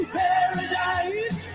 paradise